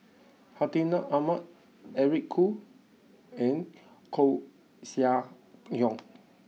Hartinah Ahmad Eric Khoo and Koeh Sia Yong